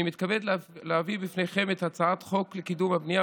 אני מתכבד להביא בפניכם את הצעת חוק לקידום הבנייה